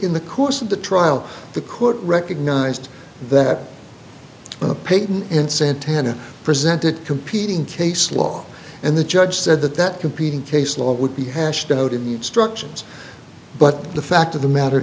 in the course of the trial the court recognized that the pagan and santana presented competing case law and the judge said that that competing case law would be hashed out in the instructions but the fact of the matter